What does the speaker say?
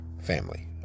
family